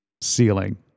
ceiling